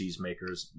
cheesemakers